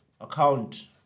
account